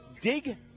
Dig